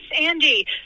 Andy